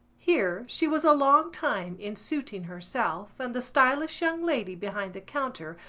here she was a long time in suiting herself and the stylish young lady behind the counter,